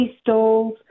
stalls